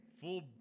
full